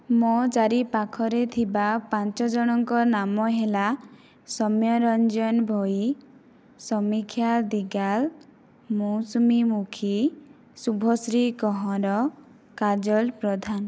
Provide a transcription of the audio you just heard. ମୋ' ଚାରିପାଖରେ ଥିବା ପାଞ୍ଚଜଣଙ୍କ ନାମ ହେଲା ସୋମ୍ୟରଞ୍ଜନ ଭୋଇ ସମୀକ୍ଷା ଦିଗାଲ ମୌସୁମୀ ମୁଖି ଶୁଭଶ୍ରୀ କହଁର କାଜଲ ପ୍ରଧାନ